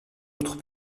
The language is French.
autre